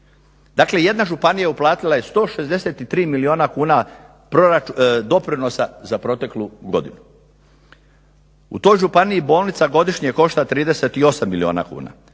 Dakle, jedna županija uplatila je 163 milijuna kuna doprinosa za proteklu godinu. U toj županiji bolnica godišnje košta 38 milijuna kuna,